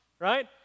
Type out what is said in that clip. right